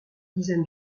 dizaines